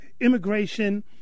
immigration